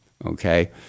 Okay